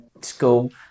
school